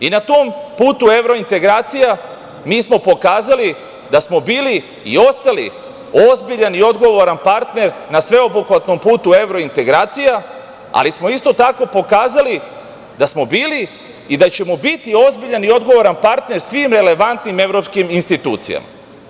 I na tom putu evrointegracija, mi smo pokazali da smo bili i ostali ozbiljan i odgovoran partner na sveobuhvatnom putu evrointegracija, ali smo isto tako pokazali da smo bili i da ćemo biti ozbiljan i odgovoran partner svim relevantnim evropskim institucijama.